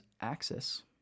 axis